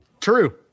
True